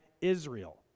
Israel